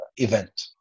event